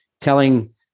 telling